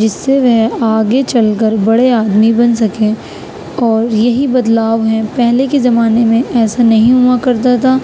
جس سے وہ آگے چل کر بڑے آدمی بن سکیں اور یہی بدلاؤ ہے پہلے کے زمانے میں ایسا نہیں ہوا کرتا تھا